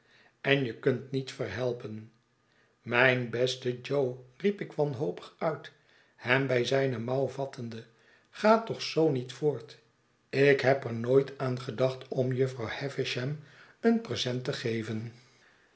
en je kunt niet verhelpen mijn beste jo riep ik wanhopig nit hem bij zijne mouw vattende ga toch zoo niet voort ik heb er ooit aan gedacht om jufvrouw havisbam een present te geven